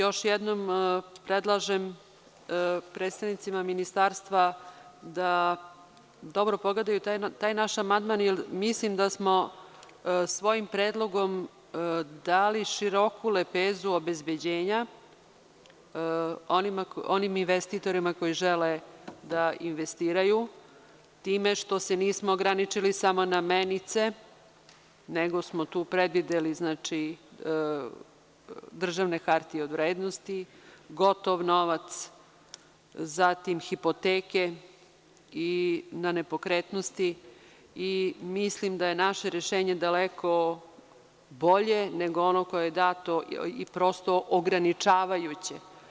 Još jednom predlažem predstavnicima Ministarstva da dobro pogledaju taj naš amandman, jer mislim da smo svojim predlogom dali široku lepezu obezbeđenja onim investitorima koji žele da investiraju time što se nismo ograničili samo na m menice, nego smo tu predvideli državne hartije od vrednosti, gotov novac, hipoteke na nepokretnosti i mislim da je naše rešenje daleko bolje nego ono koje je dato i koje je prosto ograničavajuće.